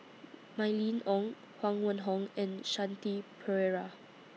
Mylene Ong Huang Wenhong and Shanti Pereira